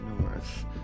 north